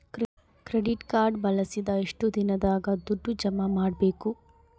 Credit card ಬಳಸಿದ ಎಷ್ಟು ದಿನದಾಗ ದುಡ್ಡು ಜಮಾ ಮಾಡ್ಬೇಕು?